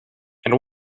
and